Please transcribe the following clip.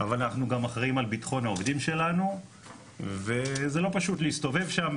אבל אנחנו גם אחראים על בטחון העובדים שלנו וזה לא פשוט להסתובב שם,